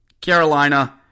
Carolina